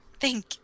Thank